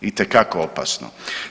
Itekako opasno.